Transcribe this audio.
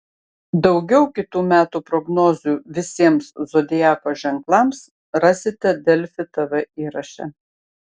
daugiau kitų metų prognozių visiems zodiako ženklams rasite delfi tv įraše